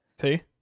See